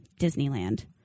Disneyland